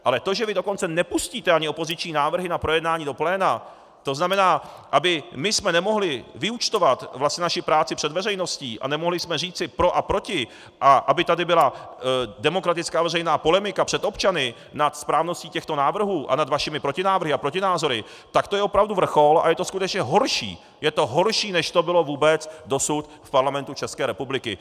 Ale to, že vy dokonce nepustíte ani opoziční návrhy na projednání do pléna, to znamená, abychom my nemohli vyúčtovat vlastně naši práci před veřejností a nemohli jsme říci pro a proti, a aby tady byla demokratická veřejná polemika před občany nad správností těchto návrhů a nad vaši protinávrhy a protinázory, tak to je opravdu vrchol a je to skutečně horší, je to horší, než to bylo vůbec dosud v Parlamentu České republiky.